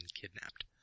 kidnapped